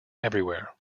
everywhere